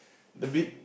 the big